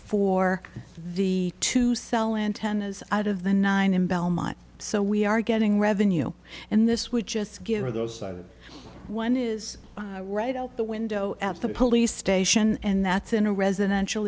for the to sell antennas out of the nine in belmont so we are getting revenue and this would just give you those one is right out the window at the police station and that's in a residential